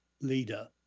leader